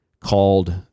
called